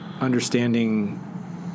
understanding